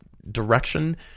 direction